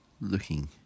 looking